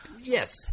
Yes